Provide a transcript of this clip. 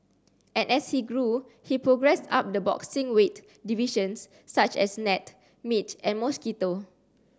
and as he grew he progressed up the boxing weight divisions such as gnat midge and mosquito